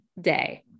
day